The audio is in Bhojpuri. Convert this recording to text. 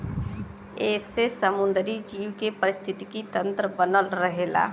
एसे समुंदरी जीव के पारिस्थितिकी तन्त्र बनल रहला